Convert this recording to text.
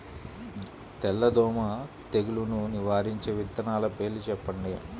తెల్లదోమ తెగులును నివారించే విత్తనాల పేర్లు చెప్పండి?